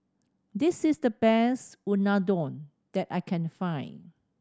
this is the best Unadon that I can find